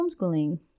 homeschooling